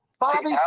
Bobby